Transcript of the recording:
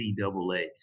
NCAA